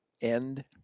end